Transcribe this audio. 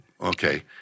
okay